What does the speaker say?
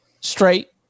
straight